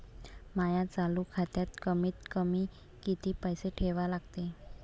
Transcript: माया चालू खात्यात कमीत कमी किती पैसे ठेवा लागते?